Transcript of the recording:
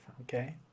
okay